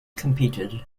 competed